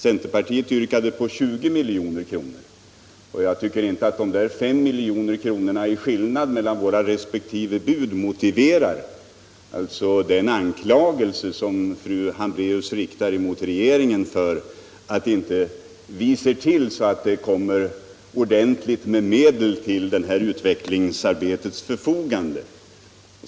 Centerpartiet yrkade på 20 milj.kr. Jag tycker inte att dessa 5 milj.kr. i skillnad mellan våra resp. bud motiverar den anklagelse som fru Hambraeus riktar mot regeringen för att vi inte skulle se till att det kommer ordentligt med medel till detta utvecklingsarbetes förfogande.